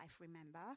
remember